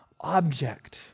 object